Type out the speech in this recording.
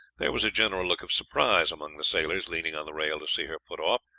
there was a general look of surprise among the sailors leaning on the rail to see her put off,